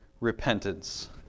repentance